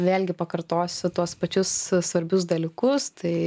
vėlgi pakartosiu tuos pačius svarbius dalykus tai